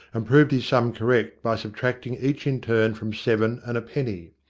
and proved his sum correct by subtracting each in turn from seven and a penny.